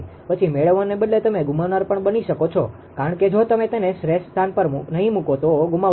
પછી મેળવવાને બદલે તમે ગુમાવનાર પણ બની શકો છો કારણ કે જો તમે તેને શ્રેષ્ઠ સ્થાન પર નહિ મુકો તો ગુમાવશો